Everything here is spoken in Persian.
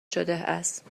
شدهاست